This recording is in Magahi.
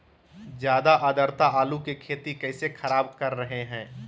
ज्यादा आद्रता आलू की खेती कैसे खराब कर रहे हैं?